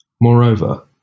Moreover